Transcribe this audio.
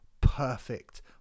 perfect